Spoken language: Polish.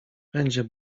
będzie